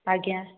ଆଜ୍ଞା